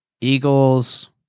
Eagles